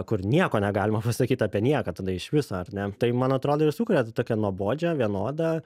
kur nieko negalima pasakyt apie nieką tada iš viso ar ne tai man atrodo ir sukuria tą tokią nuobodžią vienodą